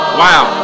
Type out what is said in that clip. wow